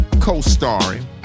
Co-starring